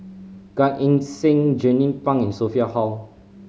Gan Eng Seng Jernnine Pang and Sophia Hull